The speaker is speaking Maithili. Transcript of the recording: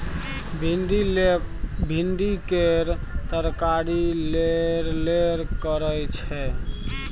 भिंडी केर तरकारी लेरलेर करय छै